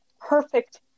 perfect